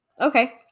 okay